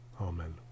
amen